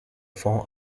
fonds